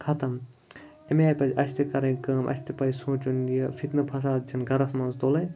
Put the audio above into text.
ختم اَمی آے پَزِ اَسہِ تہِ کرٕنۍ کٲم اَسہِ تہِ پَزِ سونٛچُن یہِ فِتنہٕ فصاد چھِنہٕ گرَس منٛز تُلٕنۍ